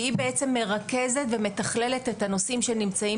שהיא מרכזת ומתכללת את הנושאים שנמצאים